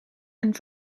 and